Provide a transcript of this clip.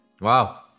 Wow